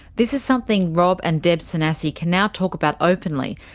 this is something rob and deb sanasi can now talk about openly,